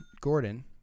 Gordon